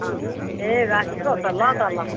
ए राखेको त ल त ल